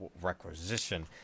requisition